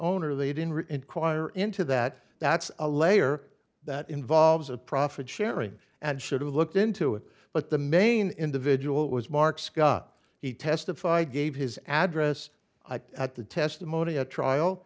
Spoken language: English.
owner they didn't rid choir into that that's a layer that involves a profit sharing and should have looked into it but the main individual was mark scott he testified gave his address i thought the testimony at trial